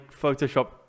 Photoshop